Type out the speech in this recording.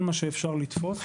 כל מה שאפשר לתפוס.